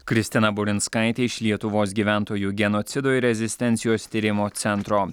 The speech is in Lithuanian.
kristina burinskaitė iš lietuvos gyventojų genocido ir rezistencijos tyrimo centro